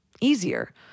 easier